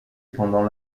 pendant